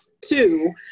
Two